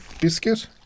biscuit